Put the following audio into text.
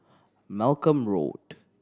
Malcolm Road